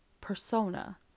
persona